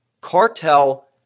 cartel –